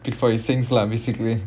before in sinks lah basically